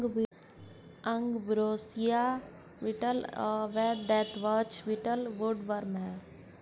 ambrosia beetle व deathwatch beetle woodworm हैं